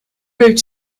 root